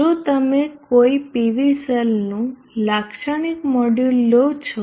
જો તમે કોઈ PV સેલનું લાક્ષણિક મોડ્યુલ લો છો